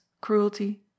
cruelty